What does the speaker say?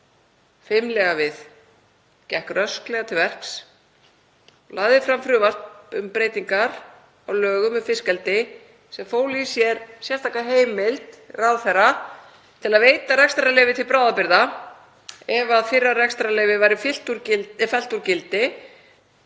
fimlega við, gekk rösklega til verks og lagði fram frumvarp um breytingar á lögum um fiskeldi sem fólu í sér sérstaka heimild ráðherra til að veita rekstrarleyfi til bráðabirgða ef fyrra rekstrarleyfi væri fellt úr gildi